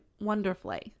wonderfully